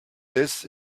this